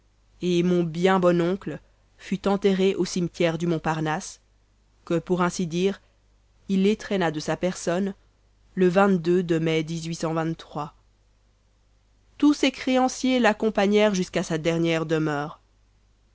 et mon bien bon oncle fut enterré au cimetière du mont parnasse que pour ainsi dire il étrenna de sa personne le de mai tous ses créanciers l'accompagnèrent jusqu'à sa dernière demeure